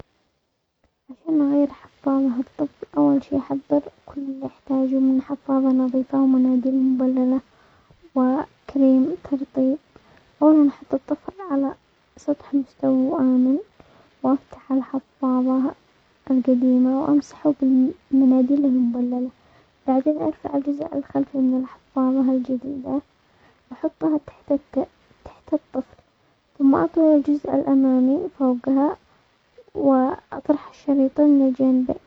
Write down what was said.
عشان اغير حفاظة الطفل اول شي احضر كل اللي احتاجه من حفاظة نظيفة ومناديل مبللة وكريم ترطيب، اول ما نحط الطفل على سطح مستوي وامن، وافتح الحفاظة القديمة وامسحه بالمناديل المبللة، بعدين ارفع الجزء الخلفي من الحفاظة الجديدة، واحطها تحت-تحت الطفل ثم اطوي الجزء الامامي فوقها، واطرح الشريطين من الجنب.